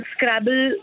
Scrabble